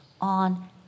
on